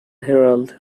herald